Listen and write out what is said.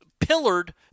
pillared